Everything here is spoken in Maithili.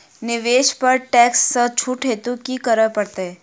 निवेश पर टैक्स सँ छुट हेतु की करै पड़त?